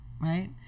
right